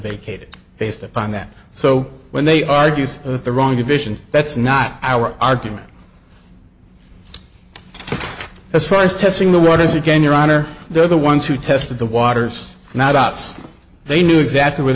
vacate it based upon that so when they argue the wrong division that's not our argument as far as testing the waters again your honor they're the ones who tested the waters not outs they knew exactly where